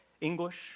English